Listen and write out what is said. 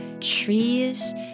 trees